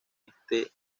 este